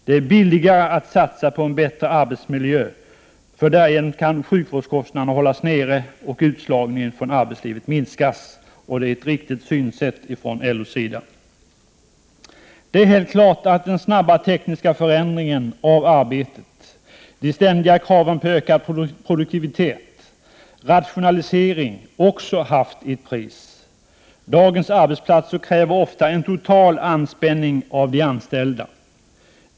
Det är billigare att satsa på en bättre arbetsmiljö, för därigenom kan sjukvårdskostnaderna hållas nere och utslagningen från arbetslivet minskas. Det är ett viktigt synsätt från LO:s sida. Det är helt klart att den snabba tekniska förändringen av arbetet, de ständiga kraven på ökad produktivitet och rationalisering också haft sitt pris. Dagens arbetsplatser kräver ofta en total anspänning av de anställda.